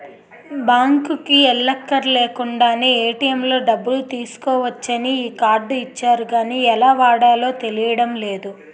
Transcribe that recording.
బాంకుకి ఎల్లక్కర్లేకుండానే ఏ.టి.ఎం లో డబ్బులు తీసుకోవచ్చని ఈ కార్డు ఇచ్చారు గానీ ఎలా వాడాలో తెలియడం లేదు